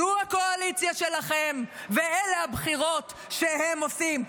זו הקואליציה שלכם, ואלה הבחירות שהם עושים.